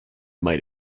might